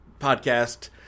podcast